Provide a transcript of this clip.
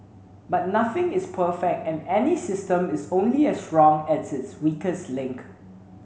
but nothing is perfect and any system is only as strong as its weakest link